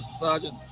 sergeant